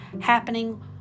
happening